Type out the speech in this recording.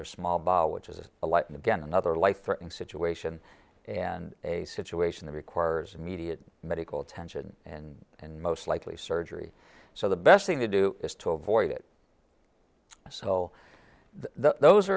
their small bowel which is a light in again another life threatening situation and a situation that requires immediate medical attention and and most likely surgery so the best thing to do is to avoid it so those